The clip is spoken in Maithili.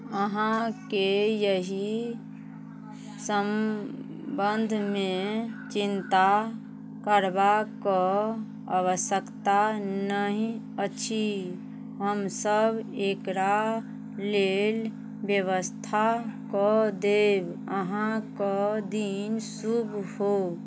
अहाँकेँ एहि सम्बन्धमे चिन्ता करबाक आवश्यकता नहि अछि हमसभ एकरा लेल बेबस्था कऽ देब अहाँके दिन शुभ हो